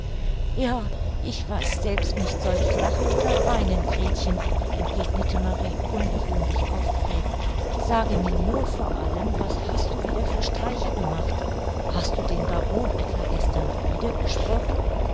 ja ich weiß selbst nicht soll ich lachen oder weinen gretchen entgegnete marie ungewöhnlich aufgeregt sage mir nur vor allem was hast du wieder für streiche gemacht hast du den baron etwa gestern wieder gesprochen